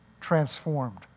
Transformed